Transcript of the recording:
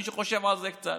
מי שחושב על זה קצת,